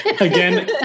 Again